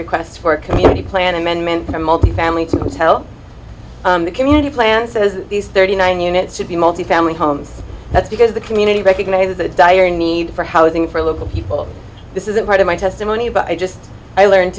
request for a community plan amendment multifamily to tell the community plan says these thirty nine units should be multi family homes that's because the community recognizes the dire need for housing for local people this isn't part of my testimony but i just i learned